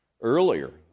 earlier